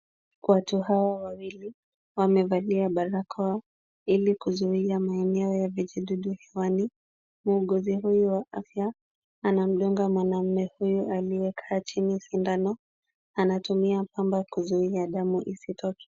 Watu hawa wawili wamevalia barakoa ili kuzuia maeneo ya vijidudu hewani. Muuguzi huyu wa afya anamdunga mwanaume huyu aliyekaa chini sindano, anatumia pamba kuzuia damu isitoke.